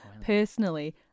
personally